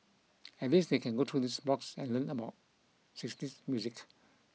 at least they can go through his blogs and learn about sixties music